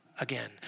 again